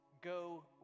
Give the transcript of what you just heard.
go